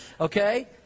okay